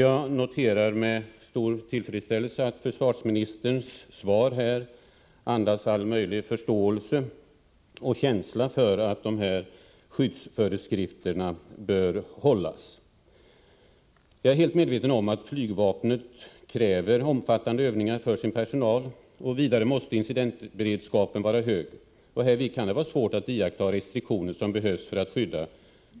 Jag noterar med stor tillfredsställelse att försvarsministerns svar andas all möjlig förståelse och känsla för att skyddsföreskrifterna bör följas. Jag är helt medveten om att flygvapnet kräver omfattande övningar för sin personal. Vidare måste incidentberedskapen vara hög. Härvid kan det vara svårt att iaktta restriktioner som behövs för att skydda